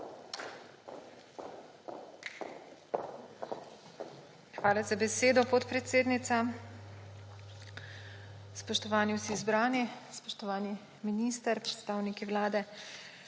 Hvala za besedo, podpredsednica. Spoštovani vsi zbrani, spoštovani minister, predstavniki Vlade!